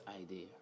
idea